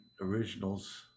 originals